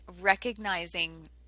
recognizing